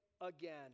again